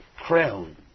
crown